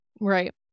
Right